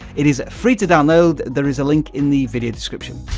it is free to download. there is a link in the video description.